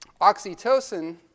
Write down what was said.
oxytocin